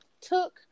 took